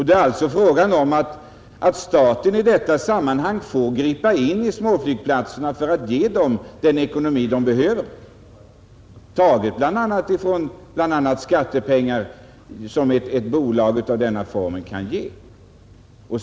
Det är alltså fråga om att staten i detta sammanhang får gripa in för att ge småflygplatserna de bidrag de behöver, och de får bl.a. tas från de skattepengar som ett bolag av denna typ kan ge.